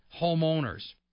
homeowners